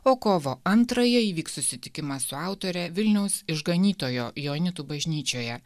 o kovo antrąją įvyks susitikimas su autore vilniaus išganytojo joanitų bažnyčioje